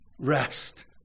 rest